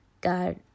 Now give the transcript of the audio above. God